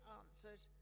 answered